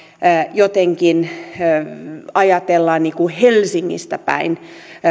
jotenkin ajatellaan helsingistä päin